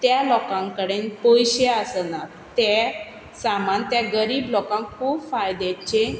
त्या लोकां कडेन पयशे आसना ते सामान त्या गरीब लोकांक खूब फायद्याचें